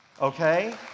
okay